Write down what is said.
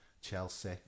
Chelsea